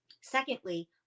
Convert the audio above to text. Secondly